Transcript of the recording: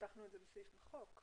הבטחנו את זה בסעיף החוק.